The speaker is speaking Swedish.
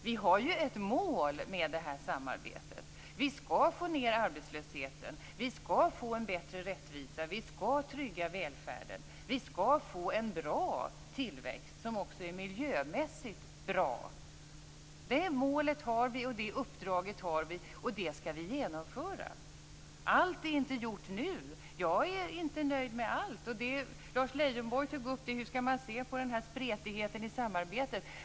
Vi har ett mål med det här samarbetet: Vi skall få ned arbetslösheten. Vi skall få en bättre rättvisa. Vi skall trygga välfärden. Vi skall få en bra tillväxt, också miljömässigt. Det målet och det uppdraget har vi, och det skall vi genomföra. Men allt är inte gjort nu och jag är inte nöjd med allt. Lars Leijonborg tog upp frågan om hur man skall se på spretigheten i samarbetet.